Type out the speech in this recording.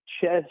chest